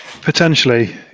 Potentially